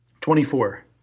Twenty-four